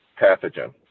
pathogen